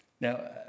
Now